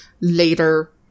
later